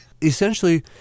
Essentially